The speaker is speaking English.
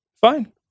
fine